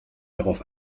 darauf